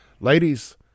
ladies